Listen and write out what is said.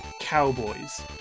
cowboys